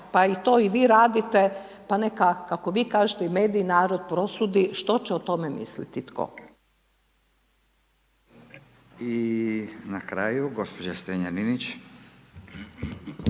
pa i to vi radite pa neka kako vi kažete i mediji i narod prosudi što će o tome misliti tko. **Radin, Furio (Nezavisni)**